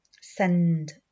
send